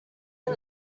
not